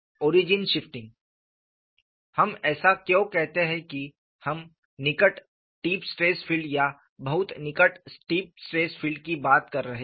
origin shifting हम ऐसा क्यों कहते हैं कि हम निकट टिप स्ट्रेस फील्ड या बहुत निकट टिप स्ट्रेस फील्ड की बात कर रहे हैं